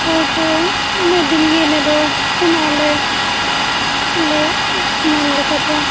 ᱦᱳᱭ ᱛᱚ ᱤᱱᱟᱹ ᱫᱤᱱ ᱜᱮ ᱟᱞᱮᱫᱚ ᱥᱮᱱᱚᱜ ᱟᱞᱮ ᱟᱞᱮᱭᱟᱜ ᱢᱟᱹᱱ ᱞᱮᱠᱟᱛᱮ